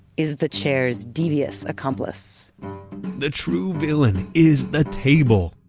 is the chair's devious accomplice the true villain is the table.